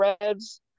Reds